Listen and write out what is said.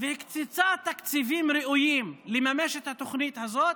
והקצתה תקציבים ראויים לממש את התוכנית הזאת,